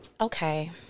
Okay